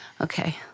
Okay